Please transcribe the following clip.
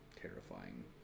terrifying